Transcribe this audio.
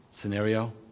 scenario